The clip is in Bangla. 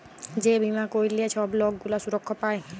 যে বীমা ক্যইরলে ছব লক গুলা সুরক্ষা পায়